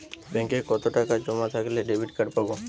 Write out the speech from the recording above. ব্যাঙ্কে কতটাকা জমা থাকলে ডেবিটকার্ড পাব?